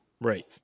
Right